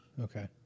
Okay